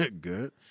Good